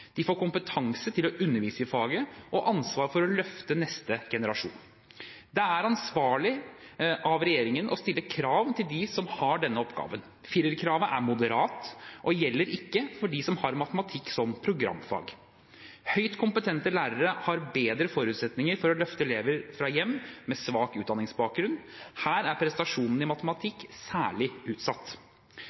De får kompetanse til å undervise i faget og ansvar for å løfte neste generasjon. Det er ansvarlig av regjeringen å stille krav til dem som har denne oppgaven. Firerkravet er moderat og gjelder ikke for dem som har matematikk som programfag. Høyt kompetente lærere har bedre forutsetninger for å løfte elever fra hjem med svak utdanningsbakgrunn. Her er prestasjonene i matematikk særlig utsatt.